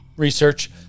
Research